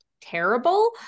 terrible